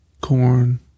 Corn